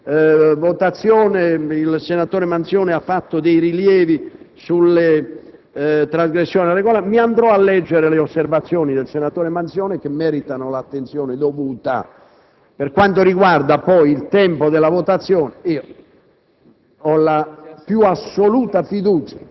Lei dice che ieri, in sede di votazione, il senatore Manzione ha fatto dei rilievi sulle trasgressioni al Regolamento; leggerò le osservazioni del senatore Manzione, che meritano l'attenzione dovuta. Per quanto riguarda poi il tempo della votazione, io